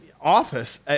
office